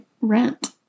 rent